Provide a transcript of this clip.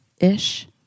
Ish